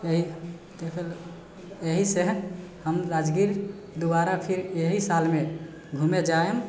यही देखेला यहीसे हम राजगीर दुबारा फिर यही साल मे घूमे जाएब